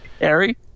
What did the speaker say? Harry